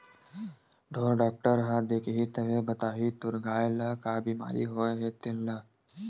ढ़ोर डॉक्टर ह देखही तभे बताही तोर गाय ल का बिमारी होय हे तेन ल